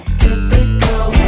typical